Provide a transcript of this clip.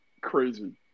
crazy